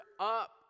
up